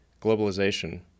globalization